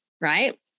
right